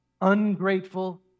ungrateful